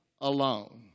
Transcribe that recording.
alone